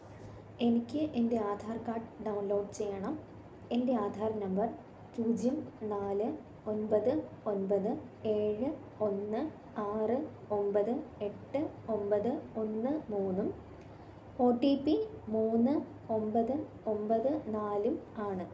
എനിക്ക് എൻ്റെ Aadhaar card download ചെയ്യണം എൻ്റെ ആധാർ നമ്പർ പൂജ്യം നാല് ഒന്പത് ഒന്പത് ഏഴ് ഒന്ന് ആറ് ഒമ്പത് എട്ട് ഒമ്പത് ഒന്ന് മൂന്നും ഒ ടി പി മൂന്ന് ഒമ്പത് ഒമ്പത് നാലും ആണ്